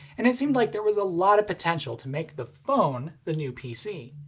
and it seemed like there was a lot of potential to make the phone the new pc.